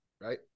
right